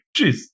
jeez